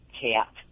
cat